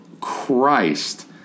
Christ